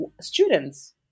students